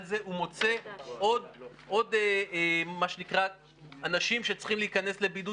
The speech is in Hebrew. על זה הוא מוצא עוד אנשים שצריכים להיכנס לבידוד